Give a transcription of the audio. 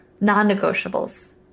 non-negotiables